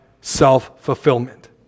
self-fulfillment